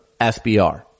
SBR